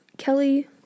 Kelly